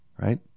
right